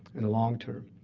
and long term.